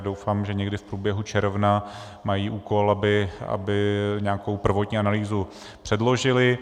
Doufám, že někdy v průběhu června, mají úkol, aby nějakou prvotní analýzu předložili.